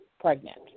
pregnant